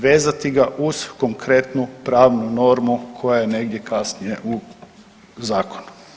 Vezati ga uz konkretnu pravnu normu koja je negdje kasnije u Zakonu.